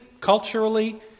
culturally